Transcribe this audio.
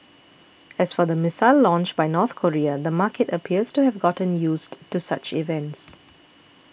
as for the missile launch by North Korea the market appears to have gotten used to such events